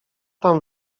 tam